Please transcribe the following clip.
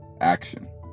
action